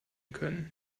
können